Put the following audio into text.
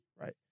Right